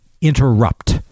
interrupt